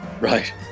Right